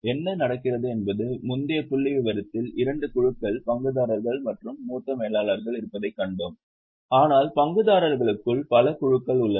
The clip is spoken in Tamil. என்ன நடக்கிறது என்பது முந்தைய புள்ளிவிவரத்தில் இரண்டு குழுக்கள் பங்குதாரர்கள் மற்றும் மூத்த மேலாளர்கள் இருப்பதைக் கண்டோம் ஆனால் பங்குதாரர்களுக்குள் பல குழுக்கள் உள்ளன